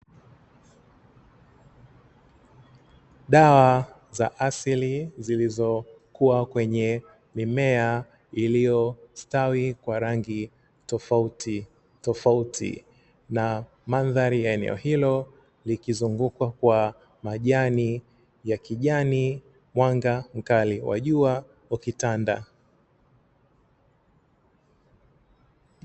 Dawa za asili zilizokuwa kwenye mimea iliyostawi kwa rangi tofautitofauti na mandhari ya eneo hilo likizungukwa kwa majani ya kijani, mwanga mkali wa jua ukitanda.